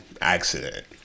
accident